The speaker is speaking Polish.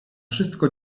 wszystko